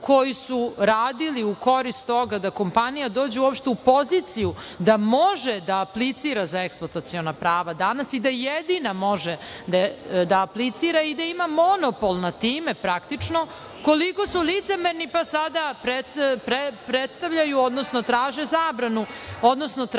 koji su radili u korist toga da kompanija dođe uopšte u poziciju da može da aplicira za eksploataciona prava danas i da jedina može da aplicira i da ima monopol nad time, praktično, koliko su licemerni, pa sada predstavljaju, odnosno traže zabranu, odnosno traže